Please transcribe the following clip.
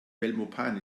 belmopan